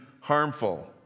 Harmful